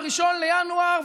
1 בינואר,